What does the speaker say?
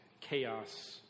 chaos